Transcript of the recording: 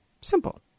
Simple